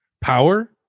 power